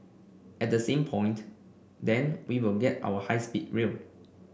at the same point then we will get our high speed rail